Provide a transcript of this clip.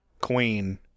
queen